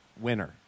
winner